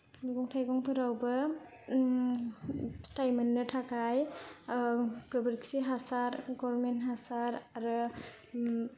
मैगं थाइगंफोरावबो फिथाय मोननो थाखाय गोबोरखि हासार गभारनमेन्ट हासार आरो